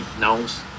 knows